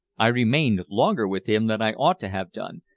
i remained longer with him than i ought to have done,